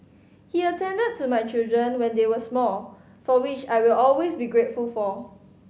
he attended to my children when they were small for which I will always be grateful